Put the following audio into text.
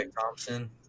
Thompson